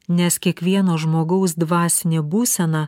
nes kiekvieno žmogaus dvasinė būsena